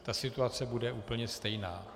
Ta situace bude úplně stejná.